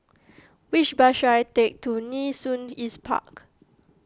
which bus should I take to Nee Soon East Park